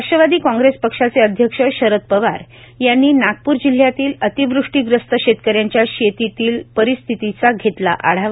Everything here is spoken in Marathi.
राष्ट्रवादी कांग्रेस पक्षाचे अध्यक्ष शरद पवार यांनी नागपू जिल्ह्यातील अतिवृष्टी ग्रस्त शेतकऱ्यांच्या शेतातील परिस्थितीचा घेतला आढावा